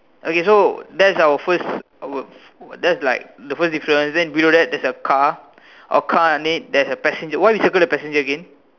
okay so that's our first our that's like the first difference then below that there's a car a car on it there's a passenger why we circle the passenger again